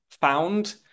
found